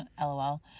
lol